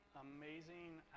amazing